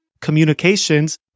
Communications